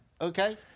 Okay